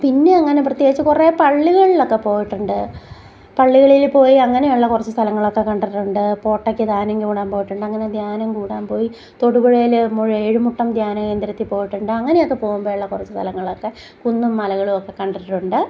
പിന്നെ അങ്ങനെ പ്രത്യേച്ച് കുറേ പള്ളികളിലൊക്കെ പോയിട്ടുണ്ട് പള്ളികളിൽ പോയി അങ്ങനെയുള്ള കുറച്ച് സ്ഥലങ്ങളൊക്കെ കണ്ടിട്ടുണ്ട് പോട്ടക്ക് ധ്യാനം കൂടാൻ പോയിട്ടുണ്ട് അങ്ങനെ ധ്യാനം കൂടാൻ പോയി തൊടുപുഴയിലെ ഏഴുമുട്ടം ധ്യാനകേന്ദ്രത്തിൽ പോയിട്ടുണ്ട് അങ്ങനെ ഒക്കെ പോകുമ്പോൾ ഉള്ള കുറച്ചു സ്ഥലങ്ങളൊക്കെ കുന്നും മലകളും ഒക്കെ കണ്ടിട്ടുണ്ട്